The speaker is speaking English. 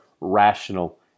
rational